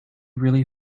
really